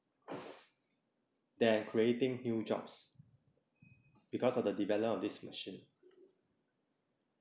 than are creating new jobs because of the development of this machine